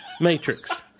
Matrix